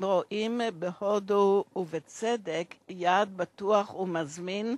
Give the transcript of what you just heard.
הם רואים בהודו, ובצדק, יעד בטוח ומזמין,